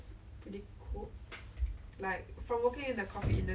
but now is like 想得美 ah because like you know working